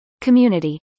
community